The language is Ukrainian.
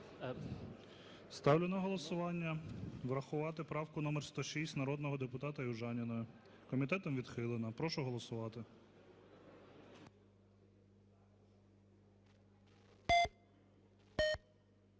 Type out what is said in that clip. Ставлю на голосування врахувати правку номер 106 народного депутата Южаніної. Комітетом відхилена. Прошу голосувати.